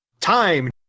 Time